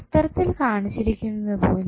ചിത്രത്തിൽ കാണിച്ചിരിക്കുന്നതുപോലെ